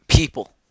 People